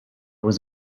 was